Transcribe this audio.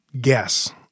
guess